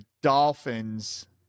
Dolphins